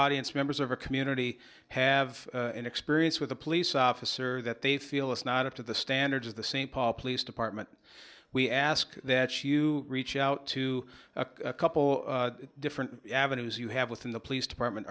audience members of our community have an experience with a police officer that they feel is not up to the standards of the st paul police department we ask that you reach out to a couple different avenues you have within the police department